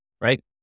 right